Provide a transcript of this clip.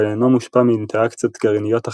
אבל אינו מושפע מאינטראקציות גרעיניות אחרות,